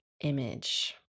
image